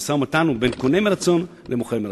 המשא-ומתן הוא בין קונה מרצון למוכר מרצון.